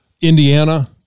Indiana